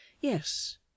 Yes